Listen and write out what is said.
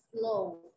slow